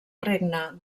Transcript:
regne